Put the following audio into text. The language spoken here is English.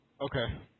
Okay